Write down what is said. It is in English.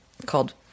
called